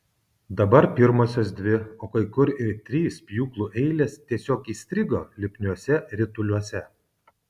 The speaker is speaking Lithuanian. dabar pirmosios dvi o kai kur ir trys pjūklų eilės tiesiog įstrigo lipniuose rituliuose